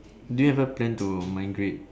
do you have a plan to migrate